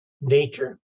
nature